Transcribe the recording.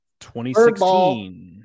2016